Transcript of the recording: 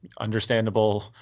understandable